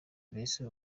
mbese